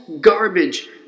garbage